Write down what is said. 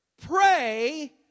Pray